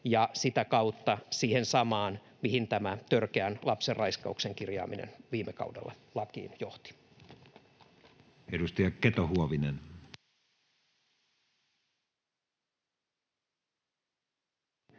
sitä kautta siihen samaan, mihin törkeän lapsenraiskauksen kirjaaminen lakiin viime kaudella johti.